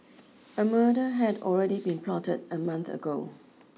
a murder had already been plotted a month ago